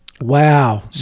Wow